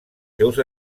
seus